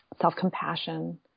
self-compassion